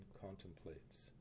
contemplates